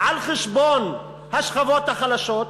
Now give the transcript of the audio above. על חשבון השכבות החלשות,